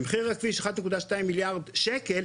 במחיר הכביש אחד נקודה שתיים מיליארד שקל,